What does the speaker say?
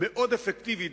מאוד אפקטיבית.